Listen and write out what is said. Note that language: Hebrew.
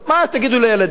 מה תגידו לילדים?